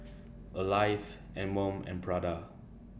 Alive Anmum and Prada